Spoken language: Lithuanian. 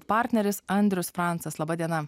partneris andrius francas laba diena